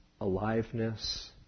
Aliveness